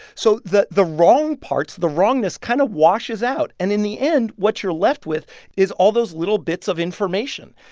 so the the wrong parts the wrongness kind of washes out. and in the end, what you're left with is all those little bits of information.